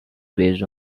based